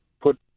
put